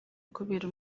kubera